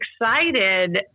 excited